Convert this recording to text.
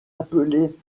appelée